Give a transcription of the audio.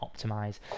optimize